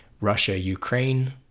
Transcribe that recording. Russia-Ukraine